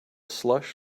slush